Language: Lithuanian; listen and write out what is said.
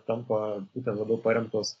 tampa dar labiau paremtos